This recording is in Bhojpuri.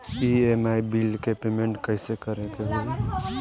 ई.एम.आई बिल के पेमेंट कइसे करे के होई?